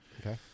Okay